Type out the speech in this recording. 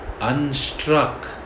unstruck